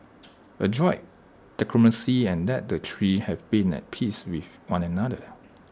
adroit diplomacy and that the three have been at peace with one another